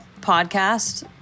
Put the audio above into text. podcast